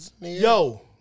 Yo